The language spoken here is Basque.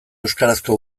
euskarazko